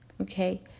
Okay